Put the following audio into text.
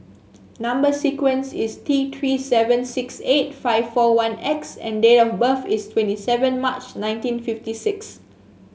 number sequence is T Three seven six eight five four one X and date of birth is twenty seven March nineteen fifty six